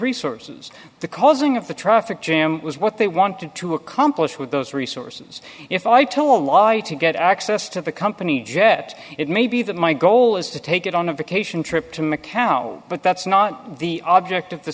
resources the causing of the traffic jam was what they wanted to accomplish with those resources if i tell a lie to get access to the company jet it may be that my goal is to take it on a vacation trip to macau but that's not the object of the